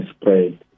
spread